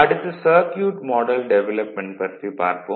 அடுத்து circuit model development பற்றி பார்ப்போம்